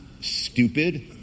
Stupid